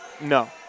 No